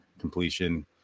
completion